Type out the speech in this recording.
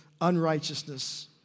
unrighteousness